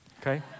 okay